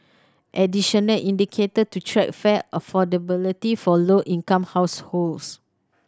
additional indicator to track fare affordability for low income households